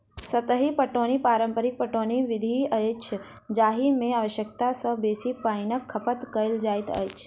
सतही पटौनी पारंपरिक पटौनी विधि अछि जाहि मे आवश्यकता सॅ बेसी पाइनक खपत कयल जाइत अछि